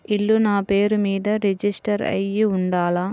ఇల్లు నాపేరు మీదే రిజిస్టర్ అయ్యి ఉండాల?